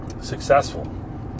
successful